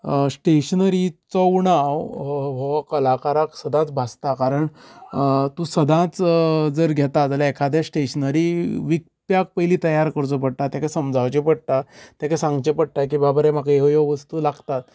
अ स्टॅशनरिचो उणाव हो कलाकाराक सदांच भासता कारण तू सदांच घेता जाल्यार एकाद्या स्टेशनरी विकप्याक पयली तयार करचो पडटा तेंका समजावचें पडटा तेका सांगचे पडटा की बाबा रे म्हाका ह्यो ह्यो वस्तू लागतात